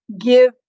give